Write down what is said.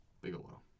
Bigelow